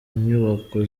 nyubako